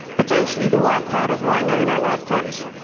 potentially the wipeout of rhino in our lifetimes.